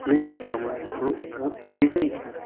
नहीं है सामान तो वह लेगा ही क्यों